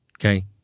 Okay